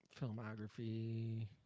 Filmography